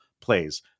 plays